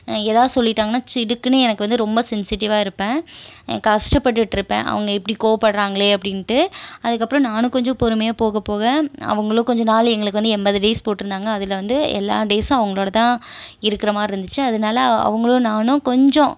ஏதாவது சொல்லிட்டாங்கன்னால் சிடுக்குன்னு எனக்கு வந்து ரொம்ப சென்சிட்டிவ்வாக இருப்பேன் கஷ்டப்பட்டுட்டு இருப்பேன் அவங்க இப்படி கோபப்படுகிறாங்களே அப்படின்ட்டு அதுக்கப்புறம் நானும் கொஞ்சம் பொறுமையாக போக போக அவங்களும் கொஞ்சம் நாள் எங்களுக்கு வந்து எண்பது டேஸ் போட்டிருந்தாங்க அதில் வந்து எல்லா டேஸ்சும் அவங்களோட தான் இருக்கிற மாதிரி இருந்துச்சு அதனால அவங்களும் நானும் கொஞ்சம்